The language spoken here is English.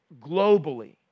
globally